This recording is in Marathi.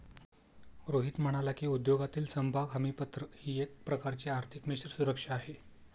रोहित म्हणाला की, उद्योगातील समभाग हमीपत्र ही एक प्रकारची आर्थिक मिश्र सुरक्षा आहे